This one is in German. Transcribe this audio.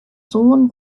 sohn